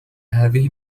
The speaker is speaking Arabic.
هذه